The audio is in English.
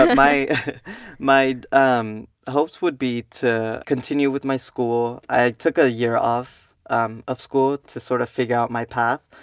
my my um hopes would be to continue with my school. i took a year off um of school to sort of figure out my path,